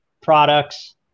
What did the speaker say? products